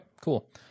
cool